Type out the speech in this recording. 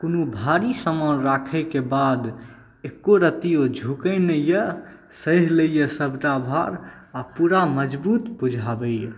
कोनो भारी समान राखैके बाद एको रति ओ झुकै नहि यऽ सहि लैया सभटा भार आ पुरा मजबुत बुझाबैया